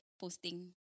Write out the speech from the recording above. posting